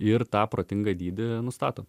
ir tą protingą dydį nustato